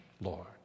Lord